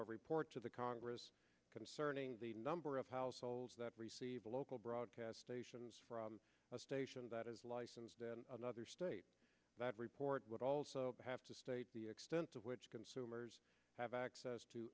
our report to the congress concerning the number of households that receive local broadcast stations from a station that is licensed in another state that report would also have to the extent to which consumers have access to